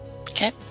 Okay